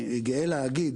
אני גאה להגיד